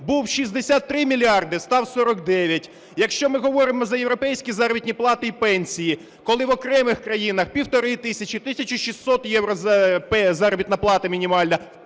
був 63 мільярди – став 49. Якщо ми говоримо за європейські заробітні плати і пенсії, коли в окремих країнах 1,5 тисячі, 1 тисячу 600 євро заробітна плата мінімальна,